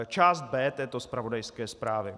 Část B této zpravodajské zprávy.